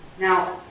Now